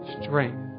strength